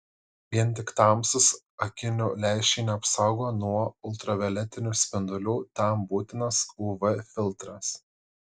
vien tik tamsūs akinių lęšiai neapsaugo nuo ultravioletinių spindulių tam būtinas uv filtras